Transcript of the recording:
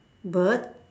bird